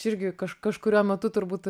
čia irgi kažkuriuo metu turbūt